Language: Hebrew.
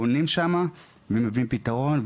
עולים שם ומביאים פיתרון.